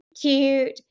cute